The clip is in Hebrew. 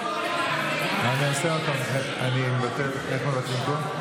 לא צריך לבטל, לא משנה של מי